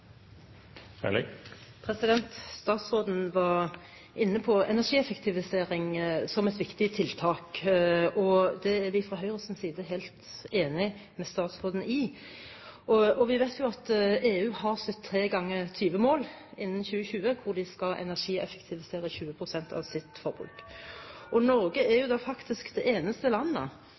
Statsråden var inne på energieffektivisering som et viktig tiltak. Det er vi fra Høyres side helt enig med statsråden i. Vi vet jo at EU har 20-20-20-mål innen 2020, hvor de skal energieffektivisere 20 pst. av sitt forbruk. Norge er faktisk det eneste